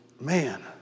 man